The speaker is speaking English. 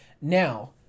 now